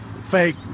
fake